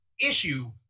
issue